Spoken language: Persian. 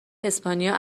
اسپانیا